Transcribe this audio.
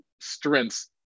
strengths